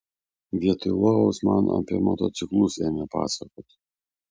vietoj lovos man apie motociklus ėmė pasakot